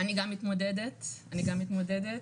גם מתמודדת,